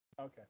Okay